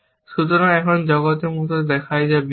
সুতরাং এখন জগত একটি মত দেখায় যা বিশ্ব